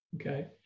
Okay